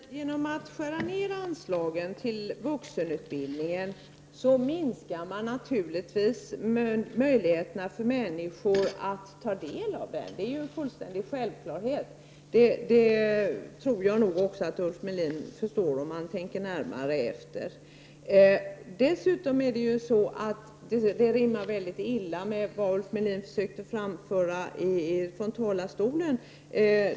Fru talman! Genom att skära ned anslagen till vuxenutbildningen minskar man naturligtvis möjligheterna för människor att ta del av utbildningen. Det är självklart, och det tror jag att också Ulf Melin förstår, om han tänker efter närmare. Dessutom rimmar det mycket illa med vad Ulf Melin försökte säga i talarstolen.